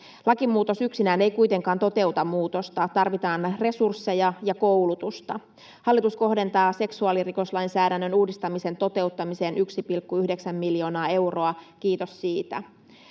Lakimuutos yksinään ei kuitenkaan toteuta muutosta. Tarvitaan resursseja ja koulutusta. Hallitus kohdentaa seksuaalirikoslainsäädännön uudistamisen toteuttamiseen 1,9 miljoonaa euroa, kiitos siitä.